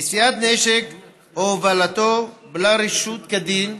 נשיאת נשק או הובלתו בלא רשות כדין,